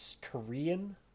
Korean